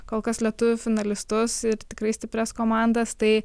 kol kas lietuvių finalistus ir tikrai stiprias komandas tai